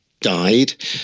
died